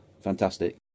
Fantastic